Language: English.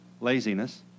laziness